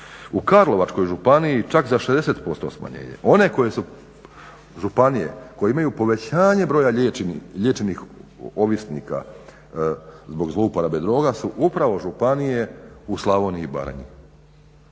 U Karlovačkoj županiji čak za 60% smanjenje. One županije koje imaju povećanje broja liječenih ovisnika zbog zlouporabe droga su upravo županije u Slavoniji i Baranji.